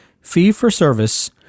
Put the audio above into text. fee-for-service